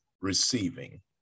receiving